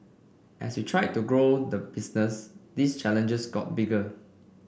as we tried to grow the business these challenges got bigger